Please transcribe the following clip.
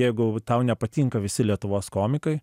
jeigu tau nepatinka visi lietuvos komikai